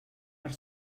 per